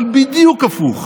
אבל בדיוק הפוך,